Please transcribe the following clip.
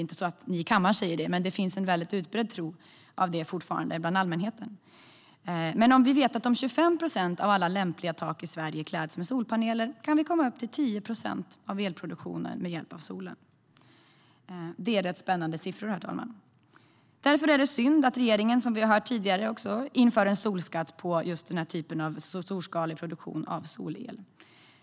Ni i kammaren säger inte det, men det finns en utbredd tro hos allmänheten att det är så. Men vi vet att om 25 procent av alla lämpliga tak i Sverige skulle kläs med solpaneler skulle vi kunna komma upp i 10 procent av elproduktionen med hjälp av solen. Det är rätt spännande siffror. Därför är det synd att regeringen inför en solskatt på den här typen av storskalig produktion av solel.